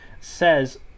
says